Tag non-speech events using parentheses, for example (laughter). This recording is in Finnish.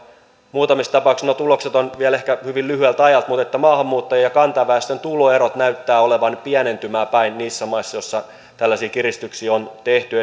muutamissa tapauksissa nuo tulokset ovat vielä hyvin lyhyeltä ajalta maahanmuuttajien ja kantaväestön tuloerot näyttävät olevan pienentymään päin niissä maissa joissa tällaisia kiristyksiä on tehty (unintelligible)